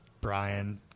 Brian